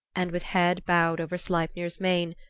and with head bowed over sleipner's mane,